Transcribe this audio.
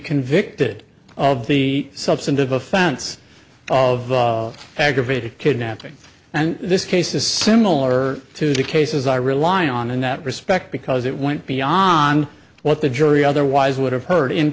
convicted of the substantive offense of aggravated kidnapping and this case is similar to the cases i rely on in that respect because it went beyond what the jury otherwise would have heard in